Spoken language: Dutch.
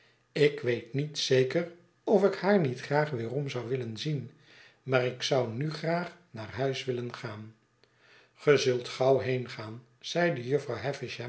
ik weet niet zeker of ik haar niet graag weerom zou willen zien maar ik zou nu graag naar huis willen gaan ge zult gauw heengaan zeide jufvrouw